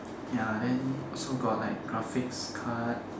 ya then also got like graphics card